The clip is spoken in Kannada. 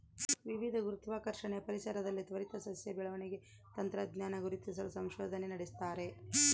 ವಿವಿಧ ಗುರುತ್ವಾಕರ್ಷಣೆಯ ಪರಿಸರದಲ್ಲಿ ತ್ವರಿತ ಸಸ್ಯ ಬೆಳವಣಿಗೆ ತಂತ್ರಜ್ಞಾನ ಗುರುತಿಸಲು ಸಂಶೋಧನೆ ನಡೆಸ್ತಾರೆ